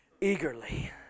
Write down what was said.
Eagerly